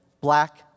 black